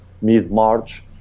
mid-march